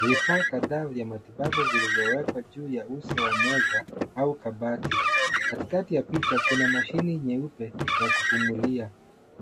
Vifaa kadhaa vya matibabu vilivyowekwa juu ya uso wa meza au kabati. Katikati ya picha kuna mashine nyeupe ya kupumulia.